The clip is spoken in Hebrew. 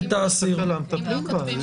מה הסמכות של